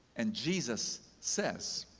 and jesus says,